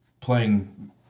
playing